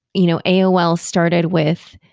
you know aol started with,